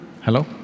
Hello